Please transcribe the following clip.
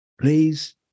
please